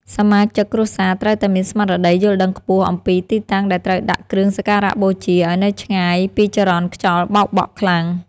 សមាជិកគ្រួសារត្រូវតែមានស្មារតីយល់ដឹងខ្ពស់អំពីទីតាំងដែលត្រូវដាក់គ្រឿងសក្ការបូជាឱ្យនៅឆ្ងាយពីចរន្តខ្យល់បោកបក់ខ្លាំង។